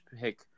pick